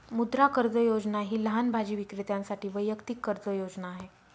मुद्रा कर्ज योजना ही लहान भाजी विक्रेत्यांसाठी वैयक्तिक कर्ज योजना आहे